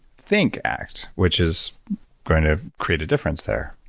think, act, which is going to create a difference there.